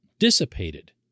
dissipated